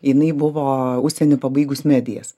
jinai buvo užsieny pabaigos medijas